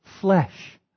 flesh